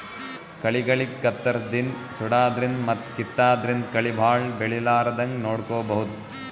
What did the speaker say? ಕಳಿಗಳಿಗ್ ಕತ್ತರ್ಸದಿನ್ದ್ ಸುಡಾದ್ರಿನ್ದ್ ಮತ್ತ್ ಕಿತ್ತಾದ್ರಿನ್ದ್ ಕಳಿ ಭಾಳ್ ಬೆಳಿಲಾರದಂಗ್ ನೋಡ್ಕೊಬಹುದ್